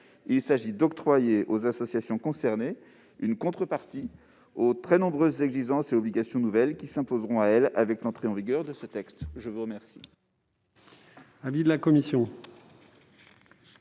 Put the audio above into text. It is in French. Il s'agit d'octroyer aux associations concernées une contrepartie aux très nombreuses exigences et obligations nouvelles qui s'imposeront à elles à l'entrée en vigueur de ce texte. Quel